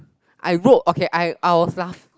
I wrote okay I I was laugh